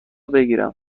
بگیرم